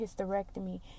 hysterectomy